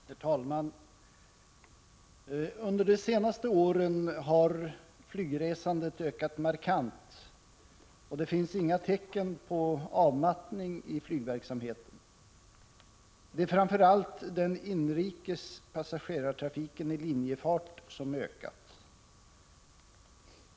Herr talman! Under de senaste åren har flygresandet ökat markant, och det finns inga tecken på avmattning i flygverksamheten. Det är framför allt den inrikes passagerartrafiken i linjefart som har ökat.